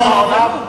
בגושים.